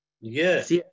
Yes